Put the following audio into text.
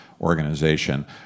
organization